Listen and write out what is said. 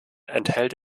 enthält